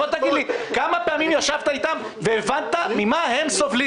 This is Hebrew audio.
בוא תגיד לי כמה פעמים ישבת איתם והבנת ממה הם סובלים?